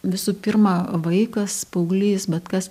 visų pirma vaikas paauglys bet kas